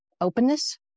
openness